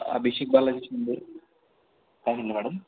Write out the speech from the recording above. Abhishek Balaji Shinde madam